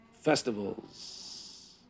Festivals